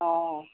অ